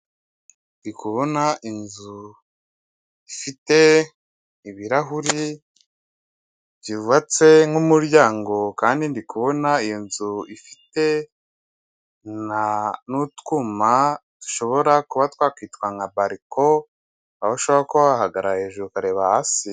Ndikubona inzu ifite ibirahuri byubatse nk'umuryango kandi ndi kubona iyo nzu ifite n'utwuma dushobora kuba twakitwa nka bariko, aho ushabora kuba wahagarara hejuru ukareba hasi.